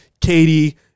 Katie